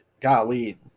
golly –